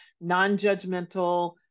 non-judgmental